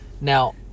Now